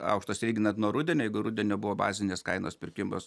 aukštos lyginant nuo rudenio rudenio buvo bazinės kainos pirkimas